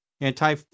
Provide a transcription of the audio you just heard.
anti